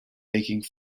making